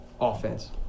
offense